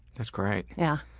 that's great. yeah.